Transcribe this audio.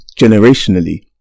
generationally